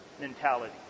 mentality